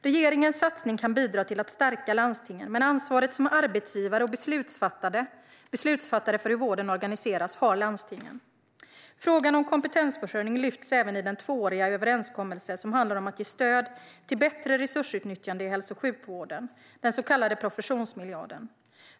Regeringens satsning kan bidra till att stärka landstingen, men ansvaret som arbetsgivare och beslutsfattare för hur vården organiseras har landstingen. Frågan om kompetensförsörjning lyfts även i den tvååriga överenskommelse som handlar om att ge stöd till bättre resursutnyttjande i hälso och sjukvården, den så kallade professionsmiljarden.